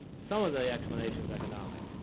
some of the explanation is economic.